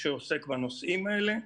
שעוסק בנושאים האלה,